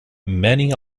many